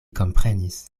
komprenis